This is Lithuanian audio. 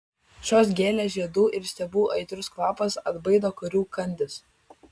šios gėlės žiedų ir stiebų aitrus kvapas atbaido korių kandis